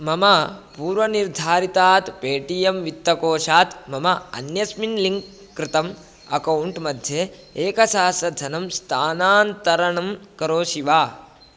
मम पूर्वनिर्धारितात् पेटीएम् वित्तकोषात् मम अन्यस्मिन् लिङ्क् कृतम् अकौण्ट् मध्ये एकसहस्रधनं स्थानान्तरणं करोषि वा